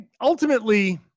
Ultimately